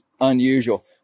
unusual